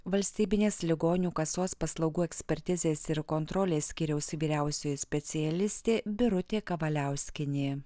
valstybinės ligonių kasos paslaugų ekspertizės ir kontrolės skyriaus vyriausioji specialistė birutė kavaliauskienė